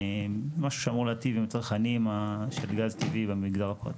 משהו שאמור להיטיב עם הצרכנים של גז טבעי במגזר הפרטי.